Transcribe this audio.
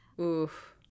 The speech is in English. Oof